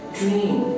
dream